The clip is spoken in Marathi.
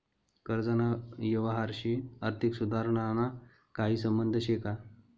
कर्जना यवहारशी आर्थिक सुधारणाना काही संबंध शे का?